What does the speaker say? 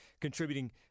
contributing